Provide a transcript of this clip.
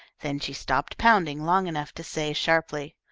then she stopped pounding long enough to say, sharply,